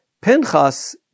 Pinchas